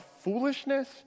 foolishness